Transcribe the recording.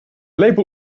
label